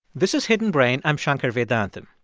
this is hidden brain. i'm shankar vedantam.